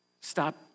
stop